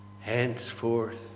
henceforth